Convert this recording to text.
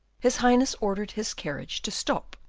his highness ordered his carriage to stop.